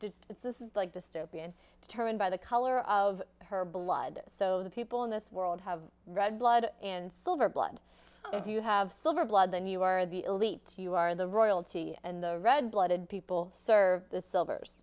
to its this is like dystopian determined by the color of her blood so the people in this world have red blood and silver blood if you have silver blood then you are the elite you are the royalty and the red blooded people serve the silver